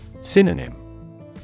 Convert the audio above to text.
Synonym